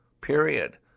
Period